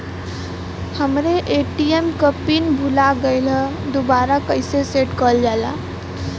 हमरे ए.टी.एम क पिन भूला गईलह दुबारा कईसे सेट कइलजाला?